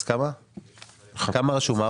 כמה רשום?